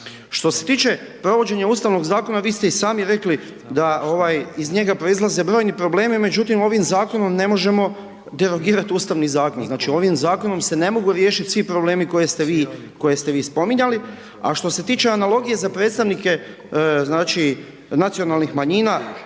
Što se tiče provođenja Ustavnog zakona, vi ste i sami rekli da, ovaj, iz njega proizlaze brojni problemi, međutim ovim Zakonom ne možemo derogirat Ustavni zakon, znači ovim Zakonom se ne mogu riješiti svi problemi koje ste vi, koje ste vi spominjali, a što se tiče analogije za predstavnike znači, nacionalnih manjina